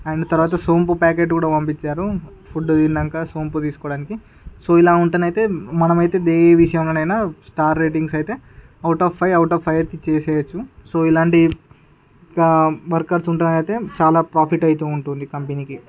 and తర్వాత సోంపు packet కూడా పంపించారు ఫుడ్ తిన్నక సోంపు తీసుకొవడానికి సో ఇలా ఉంటనయితే మనమైతే ఏ విషయంలోనైనా స్టార్ రేటింగ్స్ అయితే out of five out of five ఐతే ఇచ్చేయచ్చు సో ఇలాంటి వర్కర్స్ ఉంటే అయితే చాలా ప్రాఫిట్ అయితే ఉంటుంది కంపెనీ కి